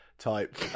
Type